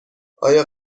آیا